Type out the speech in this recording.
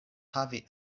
havi